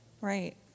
Right